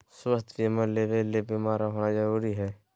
स्वास्थ्य बीमा लेबे ले बीमार होना जरूरी हय?